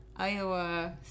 iowa